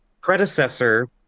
predecessor